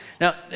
Now